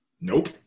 Nope